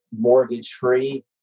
mortgage-free